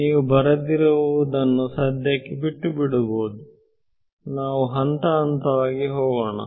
ನೀವು ಬರೆದಿರುವುದನ್ನು ಸದ್ಯಕ್ಕೆ ಬಿಟ್ಟುಬಿಡಬಹುದು ನಾವು ಹಂತ ಹಂತ ವಾಗಿ ಹೋಗೋಣ